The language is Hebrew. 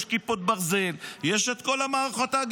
יש כיפות ברזל,